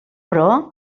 però